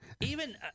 Even-